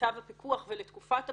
צו הפיקוח ולתקופת הפיקוח.